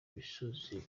misozi